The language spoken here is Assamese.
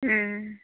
ও